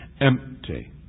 empty